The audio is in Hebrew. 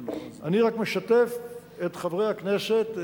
אני רק משתף את חברי הכנסת.